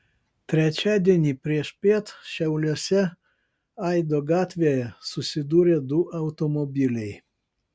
trečiadienį priešpiet šiauliuose aido gatvėje susidūrė du automobiliai